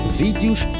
vídeos